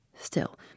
Still